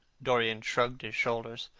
dorian shrugged his shoulders.